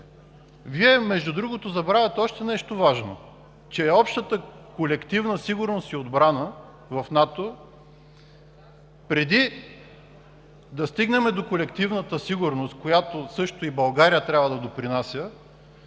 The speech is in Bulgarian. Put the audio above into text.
Вие, между другото, забравяте още нещо важно – че общата колективна сигурност и отбрана в НАТО, преди да стигнем до колективната сигурност, за която също и България трябва да допринася,